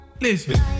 Listen